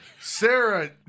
Sarah